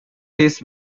his